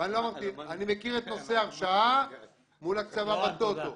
אני מכיר את נושא ההרשאה מול ההקצבה בטוטו.